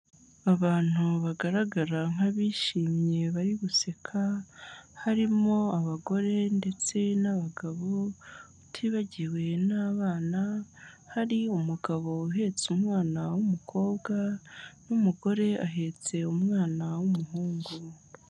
Abantu bagaragara nkabishimye bari guseka, harimo abagore ndetse n'abagabo utibagiwe n'abana hari umugabo uhetse umwana w'umukobwa n'umugore ahetse umwana w'umuhungu.